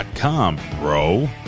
bro